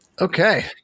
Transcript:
Okay